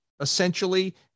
essentially